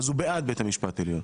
הוא בעד בית השפט העליון.